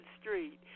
Street